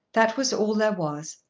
that was all there was,